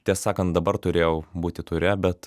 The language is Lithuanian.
tiesą sakant dabar turėjau būti ture bet